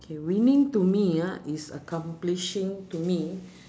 K winning to me ah is accomplishing to me